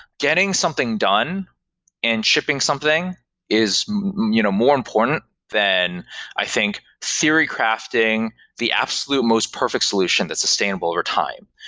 getting something done and shipping something is you know more important than i think theory crafting the absolute most perfect solution that's sustainable over time.